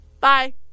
Bye